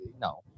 no